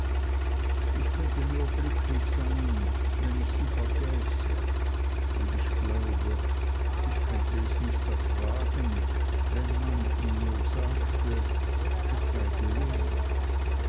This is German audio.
ich könnte nur glücklich sein wenn ich sie vergäße und ich glaube ich könnte es nicht ertragen wenn man ihr sagte es sei mir gelungen